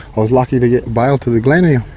i was lucky to get bailed to the glen here.